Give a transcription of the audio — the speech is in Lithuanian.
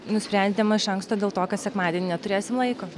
nusprendėm iš anksto dėl to kad sekmadienį neturėsim laiko